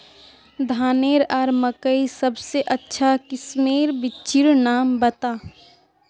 धानेर आर मकई सबसे अच्छा किस्मेर बिच्चिर नाम बता?